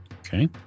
Okay